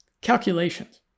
Calculations